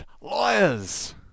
Liars